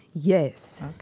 Yes